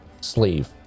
sleeve